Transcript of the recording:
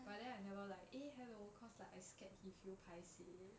but then I never like eh hello cause like I scared he feel paiseh